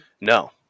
No